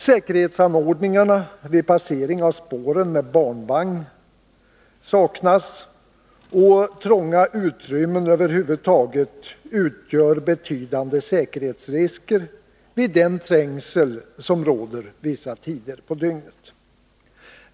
Säkerhetsanordningar vid passering av spåren med barnvagn saknas, och trånga utrymmen över huvud taget utgör betydande säkerhetsrisker vid den trängsel som råder vissa tider på dygnet.